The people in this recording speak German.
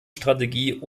strategie